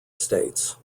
states